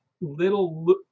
little